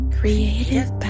Creative